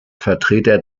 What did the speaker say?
vertreter